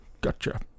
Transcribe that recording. Gotcha